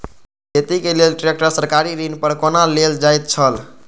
खेती के लेल ट्रेक्टर सरकारी ऋण पर कोना लेल जायत छल?